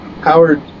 Howard